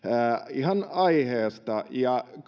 ihan aiheesta ja